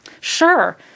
Sure